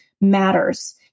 matters